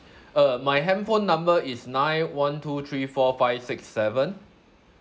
uh my handphone number is nine one two three four five six seven